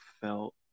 felt